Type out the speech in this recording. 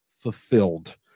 fulfilled